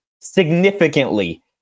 significantly